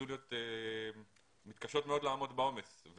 הקונסוליות מתקשות מאוד לעמוד בעומס,